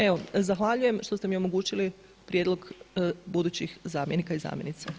Evo zahvaljujem što ste mi omogućili prijedlog budućih zamjenika i zamjenica.